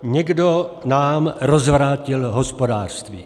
Někdo nám rozvrátil hospodářství.